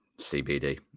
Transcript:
CBD